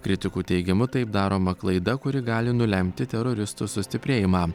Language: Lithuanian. kritikų teigimu taip daroma klaida kuri gali nulemti teroristų sustiprėjimą